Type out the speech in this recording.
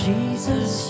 Jesus